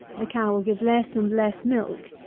the cow will give less and less milk,